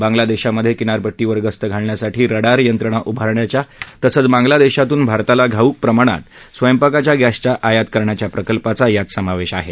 बांगलादेशमधे किनारपट्टीवर गस्त घालण्यासाठी रडार यंत्रणा उभारण्याच्या तसंच बांग्लादेशातून भारताला घाऊक प्रमाणात स्वयंपाकाच्या गॅसच्या आयात करण्याच्या प्रकल्पाचा यात समावेश आहे